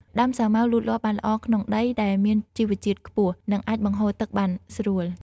ដើមសាវម៉ាវលូតលាស់បានល្អក្នុងដីដែលមានជីវជាតិខ្ពស់ និងអាចបង្ហូរទឹកបានស្រួល។